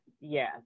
Yes